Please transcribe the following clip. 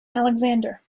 alexander